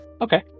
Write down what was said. okay